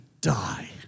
die